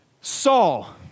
Saul